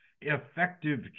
effective